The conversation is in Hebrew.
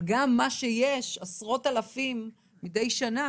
אבל גם, מה שיש, עשרות אלפים מידי שנה